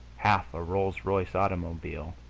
half a rolls-royce automobile,